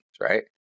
right